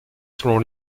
selon